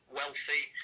wealthy